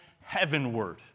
heavenward